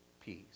peace